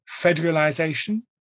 federalization